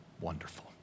Wonderful